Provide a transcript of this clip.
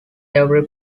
every